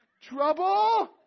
Trouble